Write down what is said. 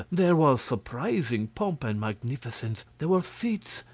there was surprising pomp and magnificence there were fetes,